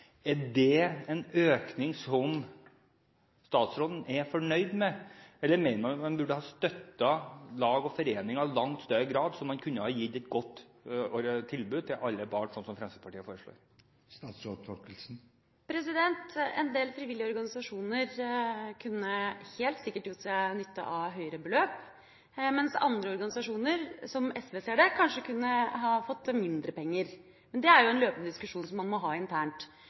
Er det en økning som statsråden er fornøyd med, eller mener hun at man burde støttet lag og foreninger i langt større grad, så man kunne gitt et godt tilbud til alle barn – sånn som Fremskrittspartiet har foreslått? En del frivillige organisasjoner kunne helt sikkert gjort seg nytte av høyere beløp, mens andre organisasjoner – som SV ser det – kanskje kunne ha fått mindre penger. Det er en løpende diskusjon som man må ta internt.